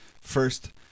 first